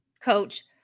coach